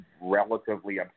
relatively